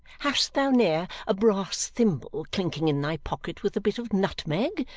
hast thou ne'er a brass thimble clinking in thy pocket with a bit of nutmeg?